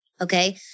Okay